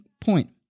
point